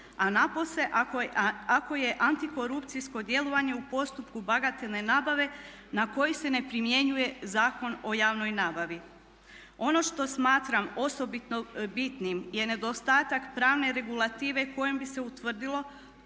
a napose ako je antikorupcijsko djelovanje u postupku bagatelne nabave na koji se ne primjenjuje Zakon o javnoj nabavi. Ono što smatram osobito bitnim je nedostatak pravne regulative kojom bi se utvrdilo